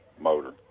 motor